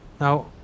Now